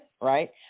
right